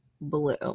blue